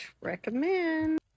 recommend